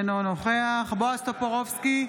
אינו נוכח בועז טופורובסקי,